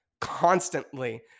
constantly